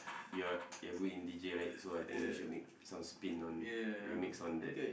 you are you are good in deejay right so I think you should make some spin or remix on that